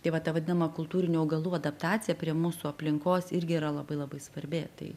tai va ta vadinama kultūrinių augalų adaptacija prie mūsų aplinkos irgi yra labai labai svarbi tai